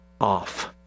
off